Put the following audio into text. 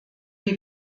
die